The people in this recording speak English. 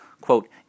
quote